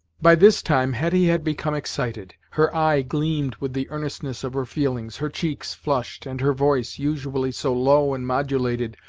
by this time hetty had become excited her eye gleamed with the earnestness of her feelings, her cheeks flushed, and her voice, usually so low and modulated,